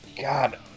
God